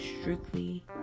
strictly